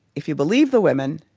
if you believe the women,